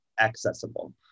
accessible